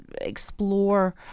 explore